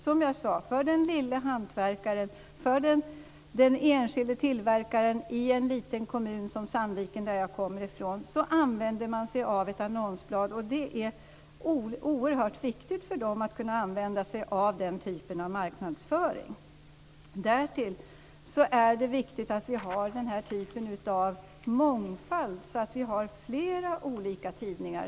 Som jag sade använder sig den lille hantverkaren och den enskilde tillverkaren i en liten kommun som Sandviken, varifrån jag kommer, av ett annonsblad. Det är oerhört viktigt för dem att kunna använda sig av den typen av marknadsföring. Därtill är det viktigt att vi har denna typ av mångfald och att vi har flera olika tidningar.